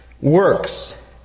Works